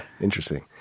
Interesting